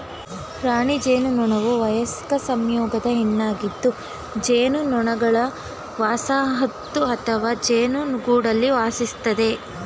ರಾಣಿ ಜೇನುನೊಣವುವಯಸ್ಕ ಸಂಯೋಗದ ಹೆಣ್ಣಾಗಿದ್ದುಜೇನುನೊಣಗಳವಸಾಹತುಅಥವಾಜೇನುಗೂಡಲ್ಲಿವಾಸಿಸ್ತದೆ